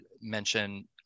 mention